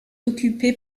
occupé